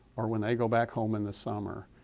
or when they go back home in the summer,